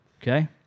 Okay